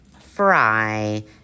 fry